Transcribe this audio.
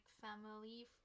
family